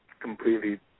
completely